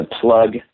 plug